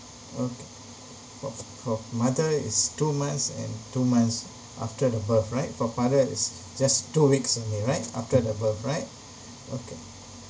okay for for mother is two months and two months after the birth right for father is just two weeks only right after the birth right okay